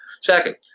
Second